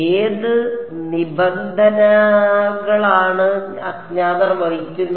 ഏത് നിബന്ധനകളാണ് അജ്ഞാതർ വഹിക്കുന്നത്